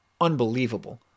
unbelievable